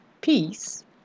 peace